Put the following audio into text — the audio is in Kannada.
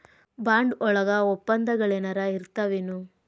ಬಾಂಡ್ ವಳಗ ವಪ್ಪಂದಗಳೆನರ ಇರ್ತಾವೆನು?